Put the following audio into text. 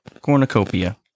Cornucopia